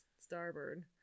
Starboard